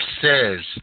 says